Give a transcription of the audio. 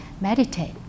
meditate